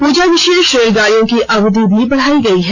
पूजा विशेष रेलगाड़ियों की अवधि भी बढ़ाई गई है